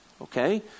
okay